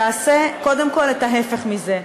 תעשה קודם כול את ההפך מזה.